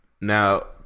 Now